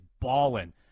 balling